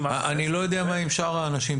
אני לא יודע מה עם שאר האנשים,